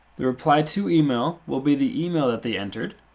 the reply to email will be the email that they entered.